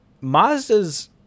mazda's